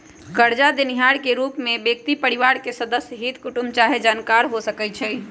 करजा देनिहार के रूप में व्यक्ति परिवार के सदस्य, हित कुटूम चाहे जानकार हो सकइ छइ